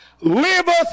liveth